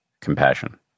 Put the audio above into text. compassion